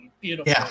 beautiful